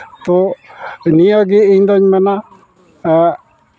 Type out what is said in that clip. ᱛᱚ ᱱᱤᱭᱟᱹ ᱜᱮ ᱤᱧ ᱫᱚᱧ ᱢᱮᱱᱟ